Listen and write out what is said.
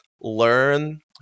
learn